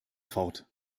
fort